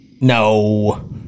No